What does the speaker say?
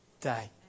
day